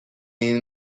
این